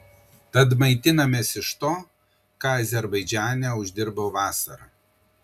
tad maitinamės iš to ką azerbaidžane uždirbau vasarą